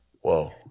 whoa